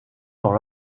dans